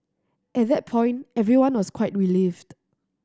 at that point everyone was quite relieved